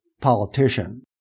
Politician